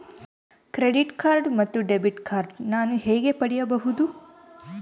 Credit card ಮತ್ತು debit card ನಾನು ಹೇಗೆ ಪಡೆಯಬಹುದು?